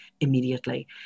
immediately